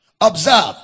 Observe